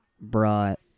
brought